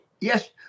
yes